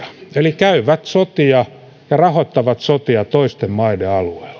eli käyvät sotia ja rahoittavat sotia toisten maiden alueella